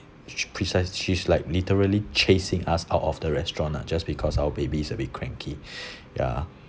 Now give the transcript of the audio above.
she preci~ she's like literally chasing us out of the restaurant ah just because our baby is a bit cranky ya